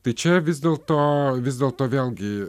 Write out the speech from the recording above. tai čia vis dėlto vis dėlto vėlgi